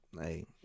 Hey